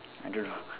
I don't know